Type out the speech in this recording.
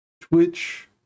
Twitch